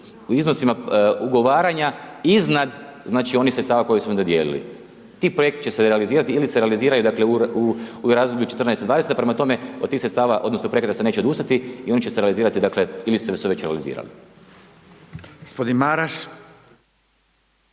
u iznosima ugovaranja iznad znači onih sredstava koje .../Govornik se ne razumije./... dodijelili. Ti projekti će se realizirati ili se realiziraju dakle u razdoblju '14./'20. Prema tome, od tih sredstava, odnosno projekata se neće odustati i oni će se realizirati dakle ili su se već realizirali. **Radin, Furio